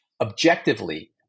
objectively